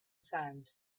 sand